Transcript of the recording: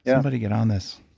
yeah somebody get on this.